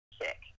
sick